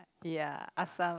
ya assam